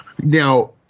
Now